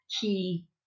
key